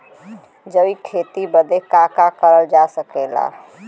जैविक खेती बदे का का करल जा सकेला?